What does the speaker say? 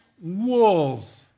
wolves